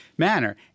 manner